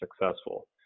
successful